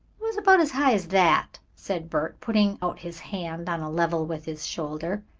was about as high as that, said bert, putting out his hand on a level with his shoulder.